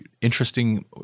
interesting